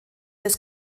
des